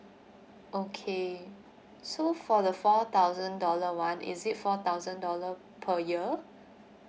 okay so for the four thousand dollar one is it four thousand dollar per year